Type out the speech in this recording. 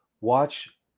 Watch